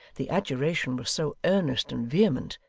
the adjuration was so earnest and vehement,